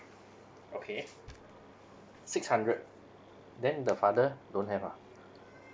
okay six hundred then the father don't have ah